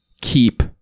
keep